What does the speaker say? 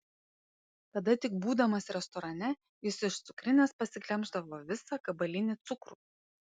kada tik būdamas restorane jis iš cukrinės pasiglemždavo visą gabalinį cukrų